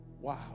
wow